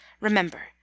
Remember